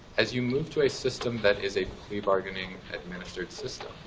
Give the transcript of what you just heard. as you move to a system that is a plea bargaining administered system,